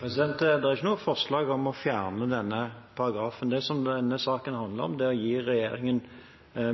Det er ikke noe forslag om å fjerne denne paragrafen. Det som denne saken handler om, er å gi regjeringen